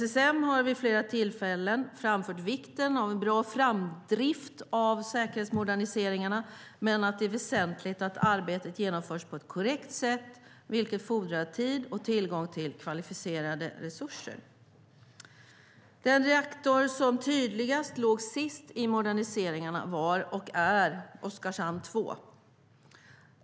SSM har vid flera tillfällen framhållit vikten av en bra framdrift av säkerhetsmoderniseringarna men att det är väsentligt att arbetet genomförs på ett korrekt sätt, vilket fordrar tid och tillgång till kvalificerade resurser. Den reaktor som tydligast låg sist i moderniseringarna var och är Oskarshamn 2.